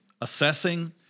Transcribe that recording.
assessing